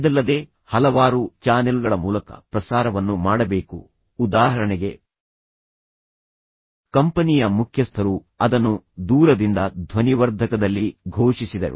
ಇದಲ್ಲದೆ ಹಲವಾರು ಚಾನೆಲ್ಗಳ ಮೂಲಕ ಪ್ರಸಾರವನ್ನು ಮಾಡಬೇಕು ಉದಾಹರಣೆಗೆ ಕಂಪನಿಯ ಮುಖ್ಯಸ್ಥರು ಅದನ್ನು ದೂರದಿಂದ ಧ್ವನಿವರ್ಧಕದಲ್ಲಿ ಘೋಷಿಸಿದರು